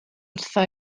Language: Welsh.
wrtha